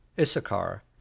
Issachar